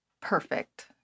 perfect